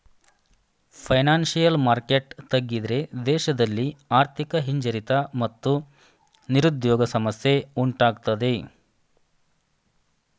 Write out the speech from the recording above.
financial market ತಗ್ಗಿದ್ರೆ ದೇಶದಲ್ಲಿ ಆರ್ಥಿಕ ಹಿಂಜರಿತ ಮತ್ತು ನಿರುದ್ಯೋಗ ಸಮಸ್ಯೆ ಉಂಟಾಗತ್ತದೆ